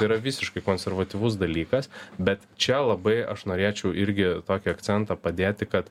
yra visiškai konservatyvus dalykas bet čia labai aš norėčiau irgi tokį akcentą padėti kad